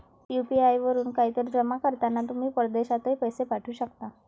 UPI वरून काहीतरी जमा करताना तुम्ही परदेशातही पैसे पाठवू शकता